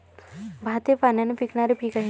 भात हे पाण्याने पिकणारे पीक आहे